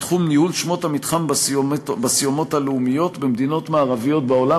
בתחום ניהול שמות המתחם בסיומות הלאומיות במדינות מערביות בעולם,